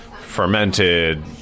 fermented